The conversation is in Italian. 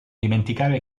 dimenticare